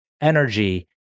energy